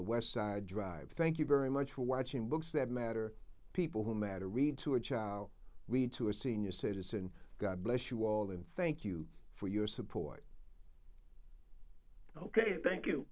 the westside drive thank you very much for watching books that matter people who matter read to a child we to a senior citizen god bless you all and thank you for your support ok thank you